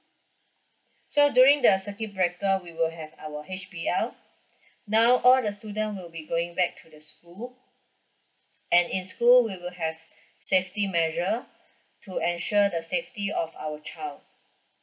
so during the circuit breaker we will have our H_P_L now all the student will be going back to the school and in school we will have safety measure to ensure the safety of our child